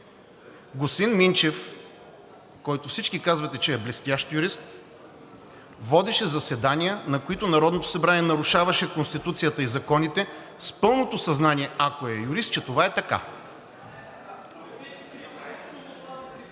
Господин Минчев, който всички казвате, че е блестящ юрист, водеше заседания, на които Народното събрание нарушаваше Конституцията и законите с пълното съзнание, ако е юрист, че това е така.